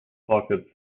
pockets